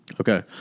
Okay